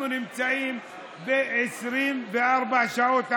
אנחנו נמצאים 24 שעות בעבודה,